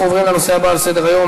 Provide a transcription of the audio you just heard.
אנחנו עוברים לנושא הבא על סדר-היום: